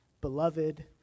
beloved